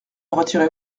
retirez